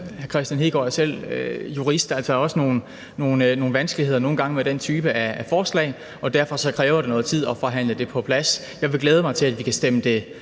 selv jurist – også nogle vanskeligheder nogle gange ved den type af forslag, og derfor kræver det noget tid at forhandle det på plads. Jeg vil glæde mig til, at vi kan stemme det